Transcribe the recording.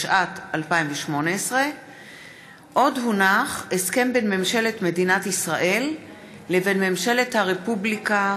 התשע"ט 2018. הסכם בין ממשלת מדינת ישראל לבין ממשלת הרפובליקה